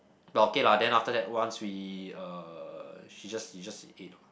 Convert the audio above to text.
but okay lah then after that once we uh she just we just ate